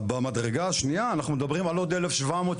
במדרגה השנייה אנחנו מדברים על עוד 1,770,